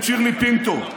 את שירלי פינטו,